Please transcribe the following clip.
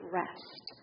rest